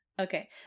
Okay